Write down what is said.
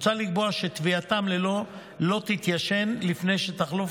מוצע לקבוע שתביעתם לא תתיישן לפני שתחלוף